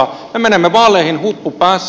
me menemme vaaleihin huppu päässä